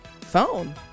phone